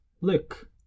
look